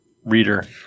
Reader